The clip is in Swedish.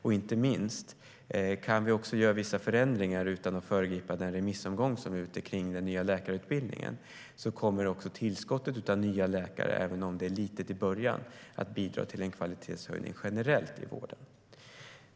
Vi kan också göra vissa förändringar utan att föregripa den remissomgång som nu pågår angående den nya läkarutbildningen. Tillskottet av nya läkare kommer, även om det är litet i början, att bidra till en kvalitetshöjning i vården generellt.